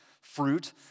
fruit